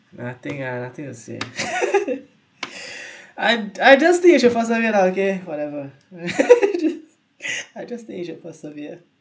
nothing ah nothing to say I'm I just think you should persevere lah okay whatever just I just think you should persevere